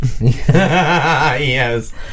Yes